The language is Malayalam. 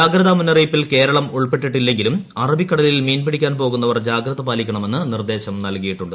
ജാഗ്രത്ത് മുന്നറിയിപ്പിൽ കേരളം ഉൾപ്പെട്ടിട്ടില്ലെങ്കിലും അറബ്ബിക്കുട്ടലിൽ മീൻപിടിക്കാൻ പോകുന്നവർ ജാഗ്രത പാലിക്കണമെന്ന് നിർദ്ദേശം ന്റൽകിയിട്ടുണ്ട്